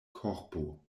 korpo